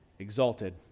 exalted